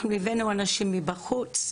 אנחנו הבאנו אנשים מבחוץ.